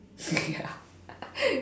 ya